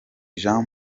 jean